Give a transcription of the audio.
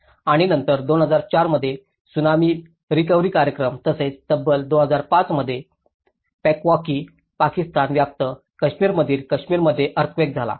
आणि त्यानंतर 2004 मध्ये त्सुनामी पुनर्प्राप्ती कार्यक्रम तसेच तब्बल 2005 मध्ये पेवॉकी पाकिस्तान व्याप्त काश्मीर मधील काश्मीर मध्ये अर्थक्वेक झाला